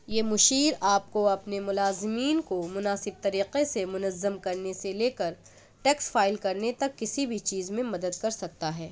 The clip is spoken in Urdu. یہ مشیر آپ کو اپنے ملازمین کو مناسب طریقے سے منظم کرنے سے لے کر ٹیکس فائل کرنے تک کسی بھی چیز میں مدد کر سکتا ہے